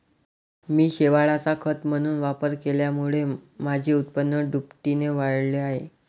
मी शेवाळाचा खत म्हणून वापर केल्यामुळे माझे उत्पन्न दुपटीने वाढले आहे